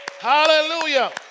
Hallelujah